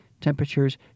Temperatures